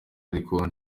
ariko